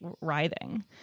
writhing